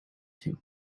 too